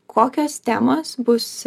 kokios temos bus